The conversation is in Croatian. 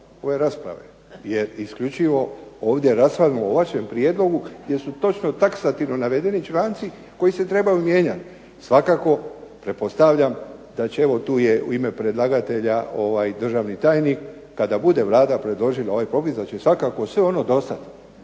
ove rasprave, jer isključivo ovdje raspravljamo o vašem prijedlogu jer su točno taksativno navedeni članci koji se trebaju mijenjati. Svakako pretpostavljam da će, evo tu je u ime predlagatelja državni tajnik, kada bude Vlada predložila ovaj …/Govornik se ne razumije./… da će svakako sve ono dosad